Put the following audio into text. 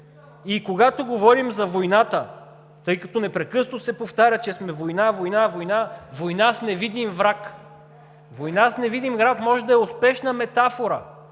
И когато говорим за войната, тъй като непрекъснато се повтаря, че сме във война, война, война, война с невидим враг, война с невидим враг може да е успешна метафора,